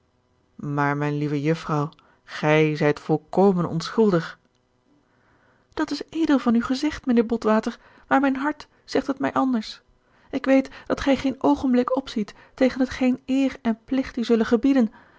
maar mijn lieve jufvrouw gij zijt volkomen onschuldig dat is edel van u gezegd mijnheer botwater maar mijn hart zegt het mij anders ik weet dat gij geen oogenblik opziet tegen hetgeen eer en plicht u zullen gebieden